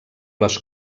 les